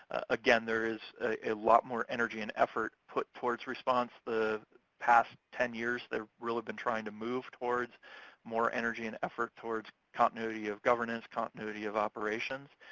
again, there is a lot more energy and effort put towards response. the past ten years, they've really been trying to move towards more energy and effort towards continuity of governance, continuity of operations.